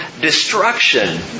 destruction